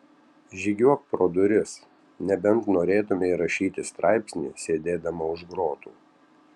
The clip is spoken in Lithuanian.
žygiuok pro duris nebent norėtumei rašyti straipsnį sėdėdama už grotų